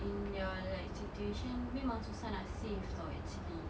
in your like situation memang susah nak save [tau] actually